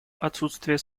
отсутствия